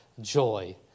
joy